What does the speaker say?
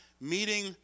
meeting